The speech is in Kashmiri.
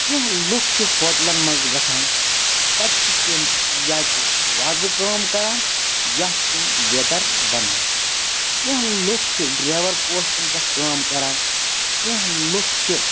کینٛہہ لُکھ چھِ ہوٹلَن منٛز گژھان تَتہِ چھِ تِم یا تہِ وازٕ کٲم کَران یا چھِ تِم ویٹَر بَنان کینٛہہ لُکھ چھِ ڈرٛیوَر پوسٹَن پیٚٹھ کٲم کَران کینٛہہ لُکھ چھِ